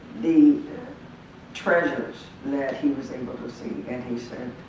the treasures that he was able to see and he said,